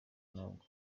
ntabwo